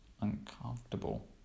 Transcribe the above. uncomfortable